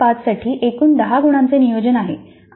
CO 5 साठी एकूण 10 गुणांचे नियोजन आहे